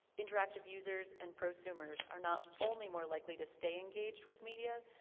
interactive users and prosumers are not only more likely to stay engaged with media,